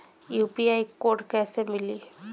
UPI code कैसे मिली?